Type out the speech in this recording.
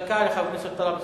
דקה לחבר הכנסת טלב אלסאנע.